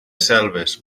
selves